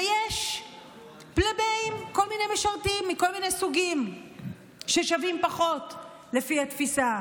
ויש כל מיני משרתים מכל מיני סוגים ששווים פחות לפי התפיסה